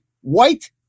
white